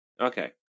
Okay